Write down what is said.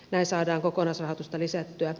näin saadaan kokonaisrahoitusta lisättyä